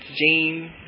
James